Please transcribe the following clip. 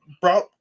brought